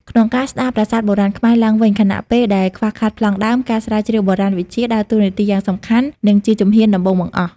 ក្នុងការស្ដារប្រាសាទបុរាណខ្មែរឡើងវិញ ខណៈពេលដែលខ្វះខាតប្លង់ដើម ការស្រាវជ្រាវបុរាណវិទ្យា ដើរតួនាទីយ៉ាងសំខាន់ និងជាជំហានដំបូងបង្អស់។